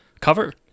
cover